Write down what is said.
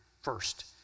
First